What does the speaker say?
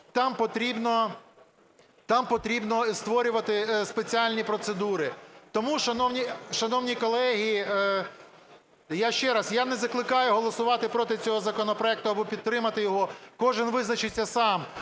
там потрібно створювати спеціальні процедури. Тому, шановні колеги, ще раз, я не закликаю голосувати проти цього законопроекту або підтримати його, кожен визначиться сам,